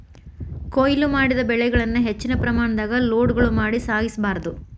ಕೋಯ್ಲು ಮಾಡಿದ ಬೆಳೆಗಳನ್ನ ಹೆಚ್ಚಿನ ಪ್ರಮಾಣದಾಗ ಲೋಡ್ಗಳು ಮಾಡಿ ಸಾಗಿಸ ಬಾರ್ದು